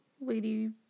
Lady